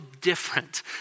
different